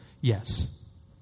Yes